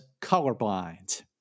colorblind